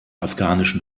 afghanischen